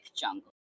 jungle